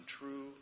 true